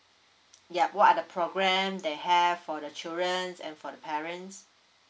yup what are the program they have for the children and for the parents